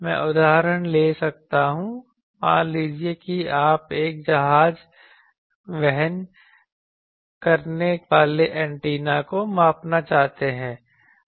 मैं उदाहरण ले सकता हूं मान लीजिए कि आप एक जहाज वहन करने वाले एंटीना को मापना चाहते हैं